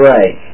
Right